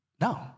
No